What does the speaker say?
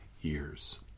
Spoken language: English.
years